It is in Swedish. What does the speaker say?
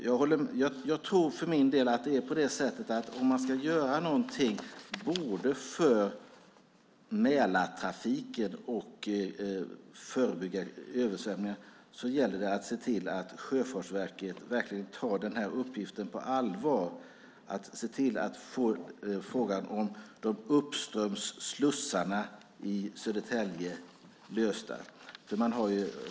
Jag tror för min del att om man ska göra någonting både för Mälartrafiken och för att förebygga översvämningar gäller det att se till att Sjöfartsverket verkligen tar den här uppgiften på allvar och ser till att frågan om de uppströms slussarna i Södertälje löses.